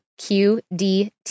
QDT